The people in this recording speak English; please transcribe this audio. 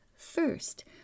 First